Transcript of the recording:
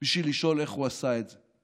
בשביל לשאול איך הוא עשה את זה.